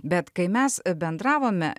bet kai mes bendravome